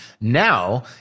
Now